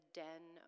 den